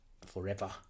forever